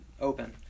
open